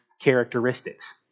characteristics